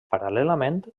paral·lelament